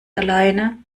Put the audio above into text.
alleine